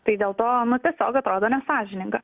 tai dėl to nu tiesiog atrodo nesąžininga